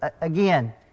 again